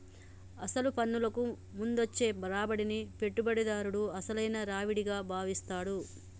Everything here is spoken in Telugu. అసలు పన్నులకు ముందు వచ్చే రాబడిని పెట్టుబడిదారుడు అసలైన రావిడిగా భావిస్తాడు